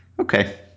Okay